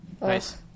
Nice